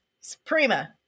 suprema